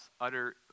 utter